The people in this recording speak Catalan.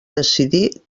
decidir